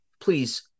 please